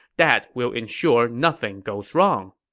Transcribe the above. that will ensure nothing goes wrong.